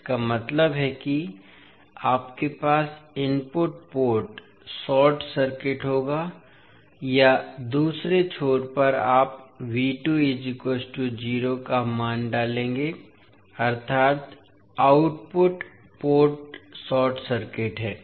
इसका मतलब है कि आपके पास इनपुट पोर्ट शॉर्ट सर्किट होगा या दूसरे छोर पर आप का मान डालेंगे अर्थात आउटपुट पोर्ट शॉर्ट सर्किट है